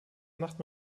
macht